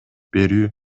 берүү